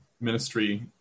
ministry